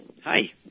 hi